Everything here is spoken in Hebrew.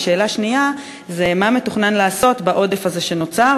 2. מה מתוכנן לעשות בעודף הזה שנוצר,